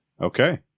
okay